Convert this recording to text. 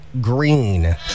Green